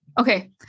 Okay